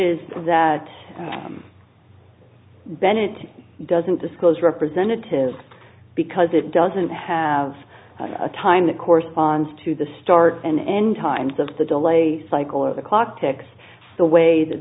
is that then it doesn't disclose representative because it doesn't have a time that corresponds to the start and end times of the delay cycle or the clock ticks the way that